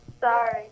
Sorry